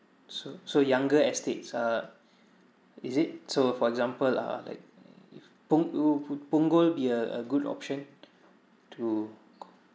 so so younger estates ah is it so for example ah like if pungg~ punggol would be a a good option to